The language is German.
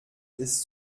ist